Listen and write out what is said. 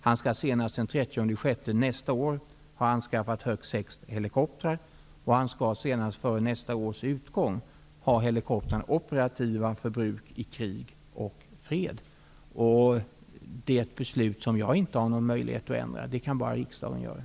Han skall senast den 30 juni nästa år ha anskaffat högst sex helikoptrar, och han skall senast före nästa års utgång ha helikoptrarna operativa för bruk i krig och fred. Det är ett beslut som jag inte har någon möjlighet att ändra. Det kan bara riksdagen göra.